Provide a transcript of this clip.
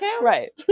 Right